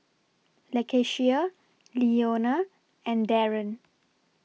Lakeshia Leona and Daron